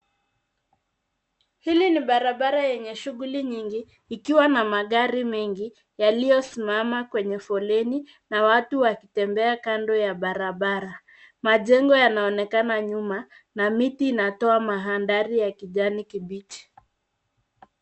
Hili ni barabara yenye shughuli nyingi ikiwa na magari mengi yaliyosimama kwenye foleni na watu wakitembea kando ya barabara. Majengo yanaonekana nyuma na miti inatoa mandhari ya kijani kibichi.